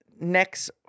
next